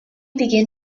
begin